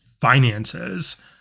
finances